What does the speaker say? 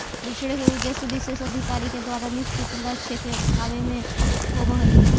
बिछड़े के उद्देश्य विशेष अधिकारी के द्वारा निश्चित लक्ष्य के पावे में होवऽ हई